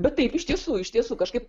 bet taip iš tiesų iš tiesų kažkaip